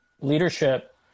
leadership